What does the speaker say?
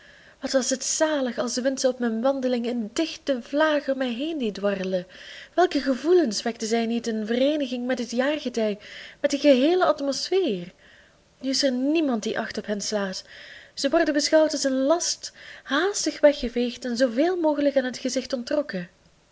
wat was het zalig als de wind ze op mijn wandelingen in dichte vlagen om mij heen deed dwarrelen welke gevoelens wekten zij niet in vereeniging met het jaargetij met de geheele atmosfeer nu is er niemand die acht op hen slaat ze worden beschouwd als een last haastig weggeveegd en zooveel mogelijk aan het gezicht onttrokken